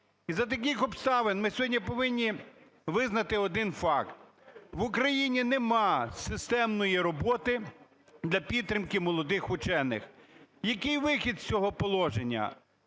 І за таких обставин ми сьогодні повинні визнати один факт: в Україні немає системної роботи для підтримки молодих вчених. Який вихід з цього положення?